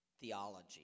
theology